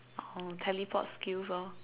oh teleport skills lor